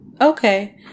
Okay